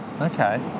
Okay